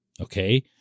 Okay